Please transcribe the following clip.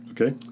Okay